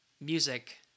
music